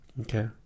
Okay